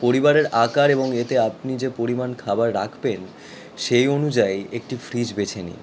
পরিবারের আকার এবং এতে আপনি যে পরিমাণ খাবার রাখবেন সেই অনুযায়ী একটি ফ্রিজ বেছে নিন